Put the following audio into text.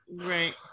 right